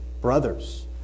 brothers